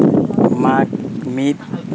ᱢᱟᱜᱽ ᱢᱤᱫ